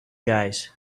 guys